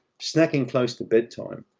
snacking close to bedtime.